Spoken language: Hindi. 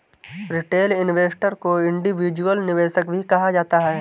रिटेल इन्वेस्टर को इंडिविजुअल निवेशक भी कहा जाता है